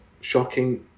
shocking